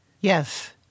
Yes